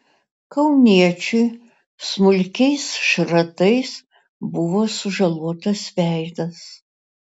kauniečiui smulkiais šratais buvo sužalotas veidas